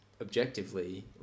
objectively